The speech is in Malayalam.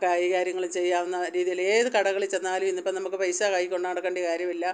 കൈകാര്യങ്ങൾ ചെയ്യാവുന്ന രീതിയിൽ ഏതു കടകളിൽ ചെന്നാലും ഇന്ന് ഇപ്പം നമുക്ക് പൈസ കയ്യിൽ കൊണ്ടു നടക്കേണ്ട കാര്യവുമില്ല